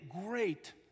great